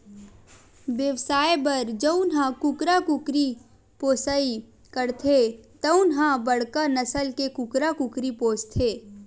बेवसाय बर जउन ह कुकरा कुकरी पोसइ करथे तउन ह बड़का नसल के कुकरा कुकरी पोसथे